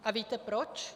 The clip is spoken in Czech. A víte, proč?